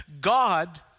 God